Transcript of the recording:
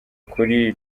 kuri